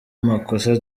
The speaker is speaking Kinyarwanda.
amakosa